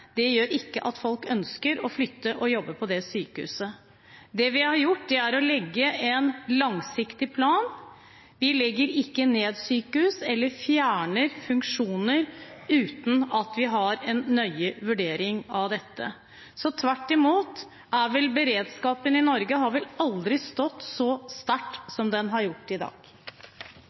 ned gjør ikke at folk ønsker å flytte og jobbe på det sykehuset. Det vi har gjort, er å legge en langsiktig plan. Vi legger ikke ned sykehus eller fjerner funksjoner uten at vi har en nøye vurdering av dette. Tvert imot har vel beredskapen i Norge aldri stått så sterkt som den gjør i dag.